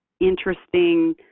interesting